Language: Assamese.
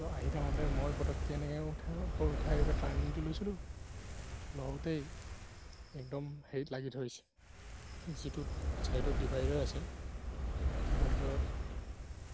ত' আহি থাকোতে মই পটককে এনেকে উঠাই ওপৰত উঠাই এইবাৰ টাৰ্ণিংটো লৈছিলোঁ লওঁতেই একদম হেৰিত লাগি ধৰিছে যিটোত চাইডত ডিভাইদাৰ আছে ডিভাইদাৰত